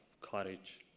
courage